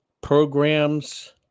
programs